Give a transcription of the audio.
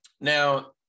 Now